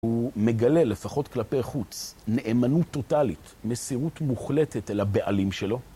הוא מגלה לפחות כלפי חוץ נאמנות טוטאלית, מסירות מוחלטת אל הבעלים שלו